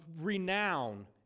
renown